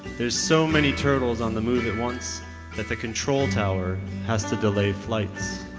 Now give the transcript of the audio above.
there are so many turtles on the move at once that the control tower has to delay flights.